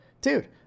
dude